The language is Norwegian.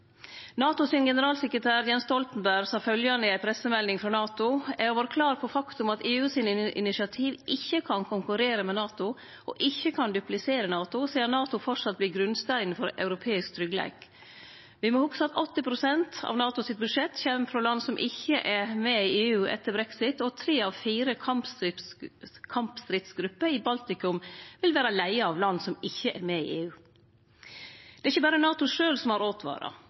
NATO: «Eg har vore klar på faktumet at EU sine initiativ ikkje kan konkurrere med NATO og ikkje duplisere NATO, sidan NATO framleis vil vere grunnsteinen for europeisk tryggleik. Vi må hugse at 80 pst. av NATOs budsjett kjem frå land som ikkje er med i EU etter brexit, og tre av fire kampstridsgrupper i Baltikum vil vere leia av land som ikkje er med i EU.» – Det er ikkje berre NATO sjølv som har åtvara.